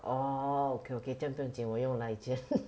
orh okay okay 这样不用经我用 Ligent